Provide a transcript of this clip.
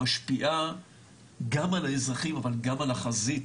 משפיעה גם על האזרחים אבל גם על החזית